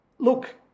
Look